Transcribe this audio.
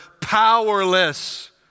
powerless